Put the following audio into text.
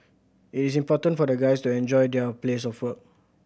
it is important for the guys to enjoy their place of work